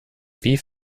wie